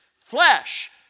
Flesh